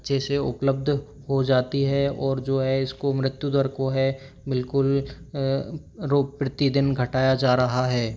अच्छे से उपलब्ध हो जाती है और जो है इसको मृत्यु दर को है बिल्कुल रोग प्रति दिन घटाया जा रहा है